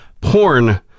porn